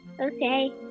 Okay